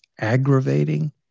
aggravating